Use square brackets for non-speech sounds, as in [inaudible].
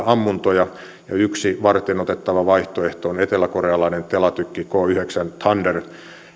[unintelligible] ammuntoja ja yksi varteenotettava vaihtoehto on eteläkorealainen telatykki k yhdeksän thunder